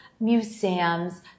museums